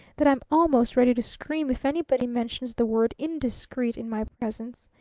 that i'm almost ready to scream if anybody mentions the word indiscreet in my presence.